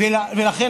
ולכן,